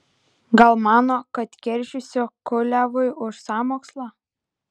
gal mano kad keršysiu kuliavui už sąmokslą